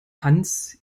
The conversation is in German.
hans